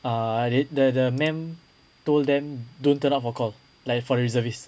ah they the the madam told them don't turn out for call like for reservist